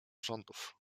rządów